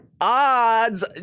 Odds